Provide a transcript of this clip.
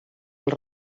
els